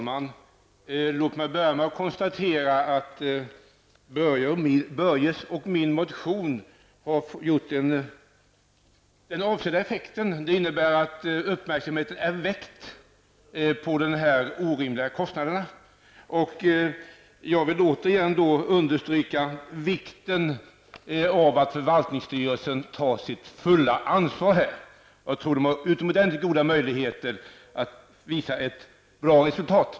Fru talman! Jag börjar med att konstatera att Börje Hörnlunds och min motion har lett till avsedd effekt, nämligen att uppmärksamheten har fästs vid dessa orimliga kostnader. Jag vill återigen understryka vikten av att förvaltningsstyrelsen tar sitt fulla ansvar. Man har utomordentligt goda möjligheter att visa ett bra resultat.